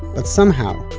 but somehow,